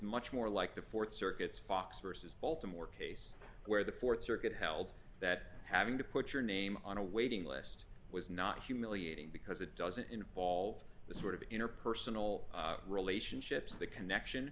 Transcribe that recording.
much more like the th circuit's fox versus baltimore case where the th circuit held that having to put your name on a waiting list was not humiliating because it doesn't involve the sort of interpersonal relationships the connection